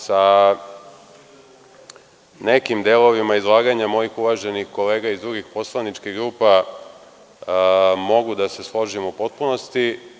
Sa nekim delovima izlaganja mojih uvaženih kolega iz drugih poslaničkih grupa, mogu da se složim u potpunosti.